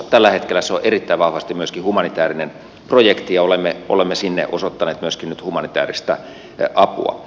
tällä hetkellä se on erittäin vahvasti myöskin humanitäärinen projekti ja olemme sinne osoittaneet myöskin nyt humanitääristä apua